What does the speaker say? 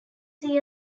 see